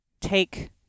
take